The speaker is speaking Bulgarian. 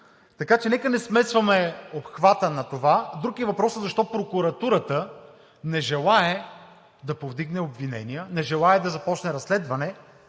Така че нека не смесваме обхвата на това. Друг е въпросът защо прокуратурата не желае да повдигне обвинения, не желае да започне разследване